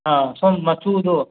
ꯑꯥ ꯁꯨꯝ ꯃꯆꯨꯗꯣ